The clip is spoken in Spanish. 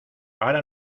ahora